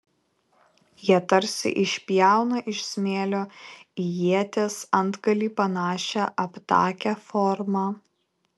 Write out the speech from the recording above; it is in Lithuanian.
jie tarsi išpjauna iš smėlio į ieties antgalį panašią aptakią formą